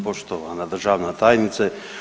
Poštovana državna tajnice.